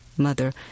mother